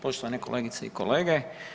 Poštovane kolegice i kolege.